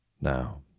Now